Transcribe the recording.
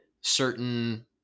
certain